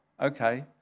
okay